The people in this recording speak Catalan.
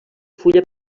fulla